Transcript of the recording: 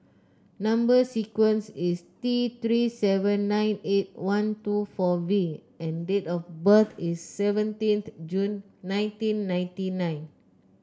number sequence is T Three seven nine eight one two four V and date of birth is seventeenth June nineteen ninety nine